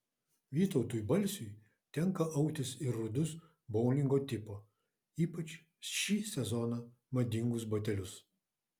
vytautui balsiui tenka autis ir rudus boulingo tipo ypač šį sezoną madingus batelius